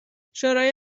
شورای